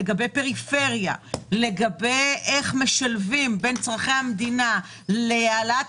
לגבי איך משלבים בין צרכי המדינה להעלאת